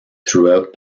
throughout